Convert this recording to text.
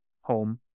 home